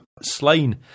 slain